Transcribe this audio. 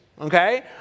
okay